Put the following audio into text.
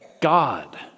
God